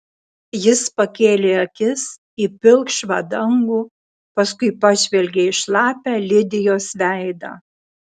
jis pakėlė akis į pilkšvą dangų paskui pažvelgė į šlapią lidijos veidą